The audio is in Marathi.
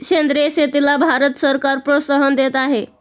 सेंद्रिय शेतीला भारत सरकार प्रोत्साहन देत आहे